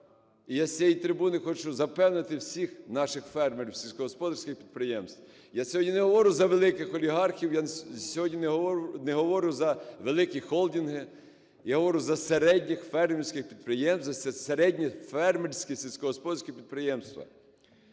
і я з цієї трибуни хочу запевнити всіх наших фермерів сільськогосподарських підприємств. Я сьогодні не говорю за великих олігархів, я сьогодні не говорю за великі холдинги, я говорю за середні фермерські підприємства,